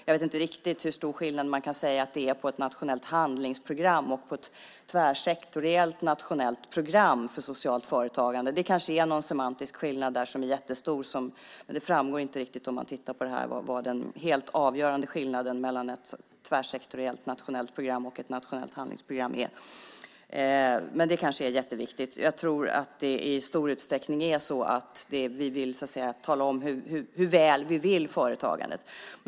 Jag vet inte riktigt hur stor skillnad man kan säga att det är på ett nationellt handlingsprogram och på ett tvärtsektoriellt nationellt program för socialt företagande. Det kanske är någon semantisk skillnad som är jättestor. Men det framgår inte riktigt, om man tittar på det här, vad den helt avgörande skillnaden mellan ett tvärsektoriellt nationellt program och ett nationellt handlingsprogram är. Men det kanske är jätteviktigt. Jag tror att det i stor utsträckning är så att vi vill tala om hur väl vi vill företagandet.